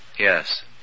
Yes